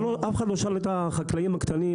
אבל אף אחד לא שאל את החקלאים העצמאיים